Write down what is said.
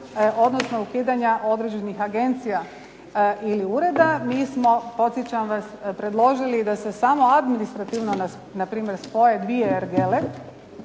odnosno ukidanja određenih agencija ili ureda. Mi smo podsjećam vas predložili da se samo administrativno na primjer spoje dvije ergele